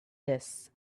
this